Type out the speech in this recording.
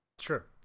Sure